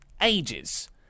Ages